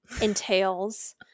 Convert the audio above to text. entails –